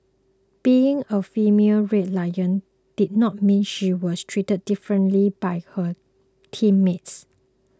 being a female Red Lion did not mean she was treated differently by her teammates